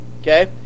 Okay